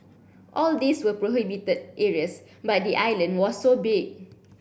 all these were prohibited areas but the island was so big